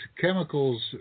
chemicals –